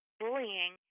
bullying